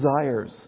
desires